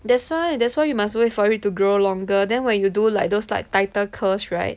that's why that's why you must wait for it to grow longer then when you do like those like tighter curls right